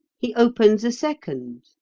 he opens a second,